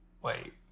Wait